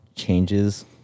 changes